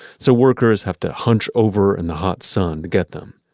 so workers have to hunch over in the hot sun to get them.